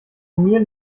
mir